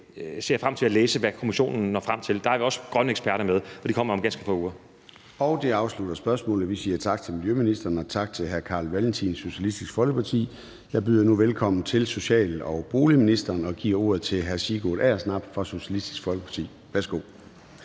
jeg frem til at læse, hvad kommissionen når frem til. Der har vi også grønne eksperter med, og det kommer om ganske få uger. Kl. 13:41 Formanden (Søren Gade): Det afslutter spørgsmålet, og vi siger tak til miljøministeren og tak til Carl Valentin, Socialistisk Folkeparti. Jeg byder nu velkommen til social- og boligministeren og giver ordet til hr. Sigurd Agersnap fra Socialistisk Folkeparti. Kl.